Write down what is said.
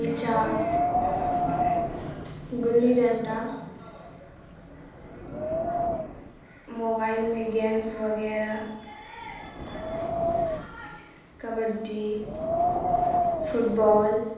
کنچا گلی ڈنٹا موبائل میں گیمس وغیرہ کبڈی فٹ بال